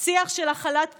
שיח של הכלת פיגועים,